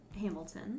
Hamilton